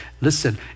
Listen